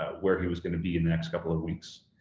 where he was going to be next couple of weeks,